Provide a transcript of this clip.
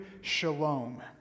shalom